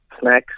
snacks